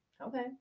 okay